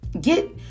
get